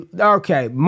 Okay